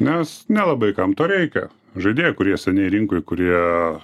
nes nelabai kam to reikia žaidėjų kurie seniai rinkoj kurie